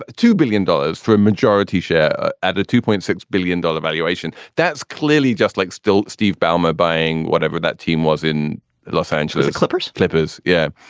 ah two billion dollars for a majority share at a two point six billion dollars valuation. that's clearly just like still steve ballmer buying whatever that team was in the los angeles clippers. clippers? yeah.